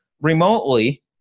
remotely